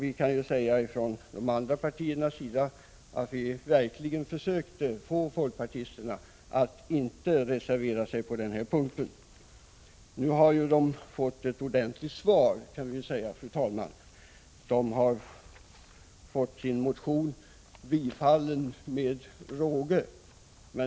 Vi andra — det gäller då övriga partier — försökte verkligen få folkpartisterna att inte reservera sig på den här punkten. Men det kan väl konstateras att de nu, fru talman, har fått ett ordentligt svar. Deras motion har ju bifallits så att säga med råge.